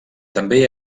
també